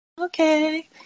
Okay